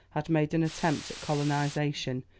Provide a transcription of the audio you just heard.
had made an attempt at colonization,